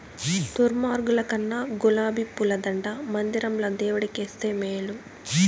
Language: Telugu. దుర్మార్గుల కన్నా గులాబీ పూల దండ మందిరంల దేవుడు కేస్తే మేలు